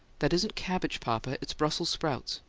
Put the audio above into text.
that isn't cabbage, papa. it's brussels sprouts.